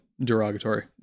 derogatory